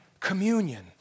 communion